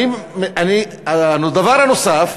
הדבר הנוסף,